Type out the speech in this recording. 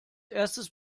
erstes